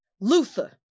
Luther